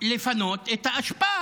לפנות את האשפה